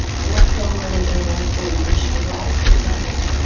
so what form are they in once they reach your bladder, for example.